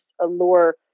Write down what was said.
allure